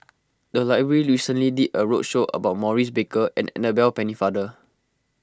the library recently did a roadshow about Maurice Baker and Annabel Pennefather